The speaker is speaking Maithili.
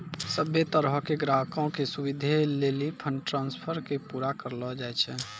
सभ्भे तरहो के ग्राहको के सुविधे लेली फंड ट्रांस्फर के पूरा करलो जाय छै